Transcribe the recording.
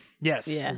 Yes